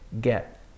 get